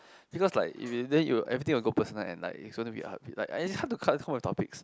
because like if you then you everything will go personal and like it's gonna be a hard pick like it's hard to come up with topics